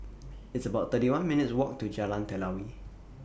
It's about thirty one minutes' Walk to Jalan Telawi